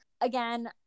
again